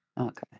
Okay